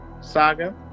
saga